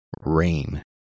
Rain